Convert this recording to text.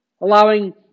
Allowing